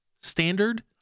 standard